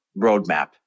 roadmap